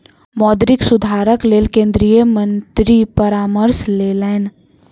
मौद्रिक सुधारक लेल केंद्रीय मंत्री परामर्श लेलैन